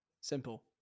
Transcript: Simple